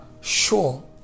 sure